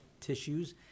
tissues